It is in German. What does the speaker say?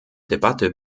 debatte